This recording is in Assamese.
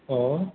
অঁ